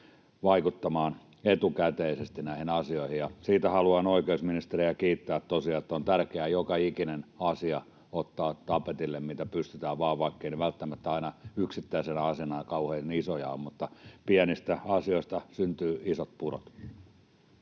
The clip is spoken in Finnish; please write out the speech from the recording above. vaikuttamaan etukäteisesti näihin asioihin. Siitä haluan oikeusministeriä kiittää tosiaan, että on tärkeää ottaa tapetille joka ikinen asia, mitä pystytään vaan, vaikkeivat ne välttämättä aina yksittäisenä asiana kauhean isoja ole. Mutta pienistä asioista syntyy isot purot.